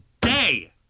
day